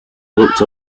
looked